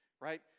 right